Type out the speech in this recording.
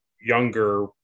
Younger